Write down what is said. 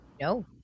No